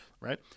right